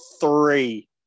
three